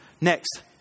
Next